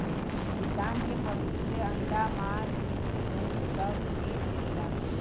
किसान के पसु से अंडा मास दूध उन सब चीज मिलला